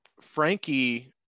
Frankie